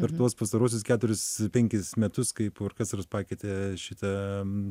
per tuos pastaruosius keturis penkis metus kaip orkestras pakeitė šitą